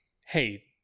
Hey